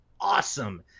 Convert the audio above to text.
awesome